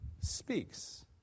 speaks